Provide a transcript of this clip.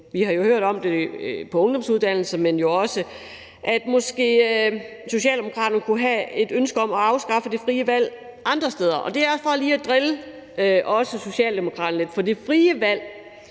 Vi har hørt om det på ungdomsuddannelsesområdet, men vi har hørt, at Socialdemokratiet måske også kunne have et ønske om også at afskaffe det frie valg andre steder. Det er for lige at drille Socialdemokratiet lidt. Det frie valg